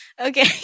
Okay